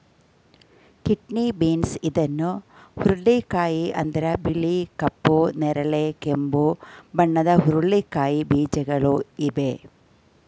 kidney beans ಇದನ್ನು ಹುರುಳಿಕಾಯಿ ಅಂತರೆ ಬಿಳಿ, ಕಪ್ಪು, ನೇರಳೆ, ಕೆಂಪು ಬಣ್ಣದ ಹುರಳಿಕಾಯಿ ಬೀಜಗಳು ಇವೆ